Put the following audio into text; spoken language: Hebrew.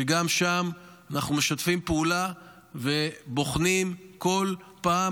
שגם שם אנחנו משתפים פעולה ובוחנים כל פעם